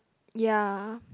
ya